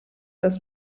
das